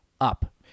up